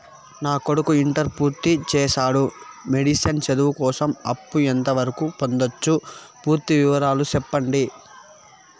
నా కొడుకు ఇంటర్ పూర్తి చేసాడు, మెడిసిన్ చదువు కోసం అప్పు ఎంత వరకు పొందొచ్చు? పూర్తి వివరాలు సెప్పండీ?